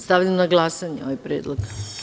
Stavljam na glasanje ovaj predlog.